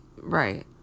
Right